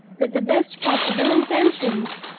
with the best possible intentions.